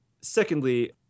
secondly